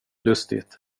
lustigt